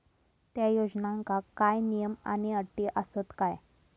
त्या योजनांका काय नियम आणि अटी आसत काय?